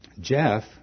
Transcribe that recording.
Jeff